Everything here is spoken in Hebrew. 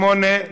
שמונה,